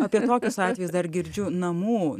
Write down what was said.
apie tokius atvejus dar girdžiu namų